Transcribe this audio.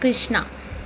Krishna